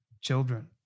children